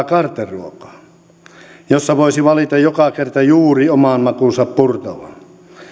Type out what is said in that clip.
carte ruokaa josta voisi valita joka kerta juuri omaan makuunsa purtavaa